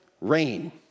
rain